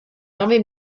nove